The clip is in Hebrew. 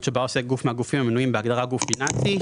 שבה עוסק גוף מהגופים המנויים בהגדרה "גוף פיננסי",